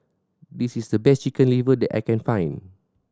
this is the best Chicken Liver that I can find